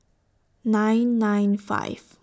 nine nine five